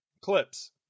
clips